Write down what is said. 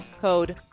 code